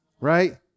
right